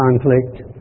conflict